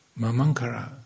mamankara